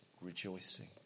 rejoicing